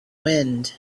wind